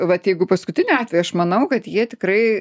vat jeigu paskutinį atvejį aš manau kad jie tikrai